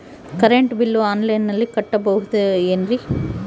Current bill ಆನ್ಲೈನಿನಲ್ಲಿ ಕಟ್ಟಬಹುದು ಏನ್ರಿ?